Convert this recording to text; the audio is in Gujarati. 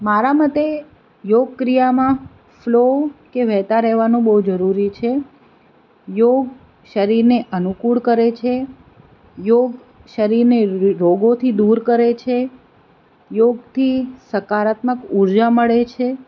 મારા મતે યોગ ક્રિયામાં ફલો કે વહેતા રહેવાનું બહુ જરૂરી છે યોગ શરીરને અનુકૂળ કરે છે યોગ શરીરને રોગોથી દૂર કરે છે યોગથી સકારાત્મક ઉર્જા મળે છે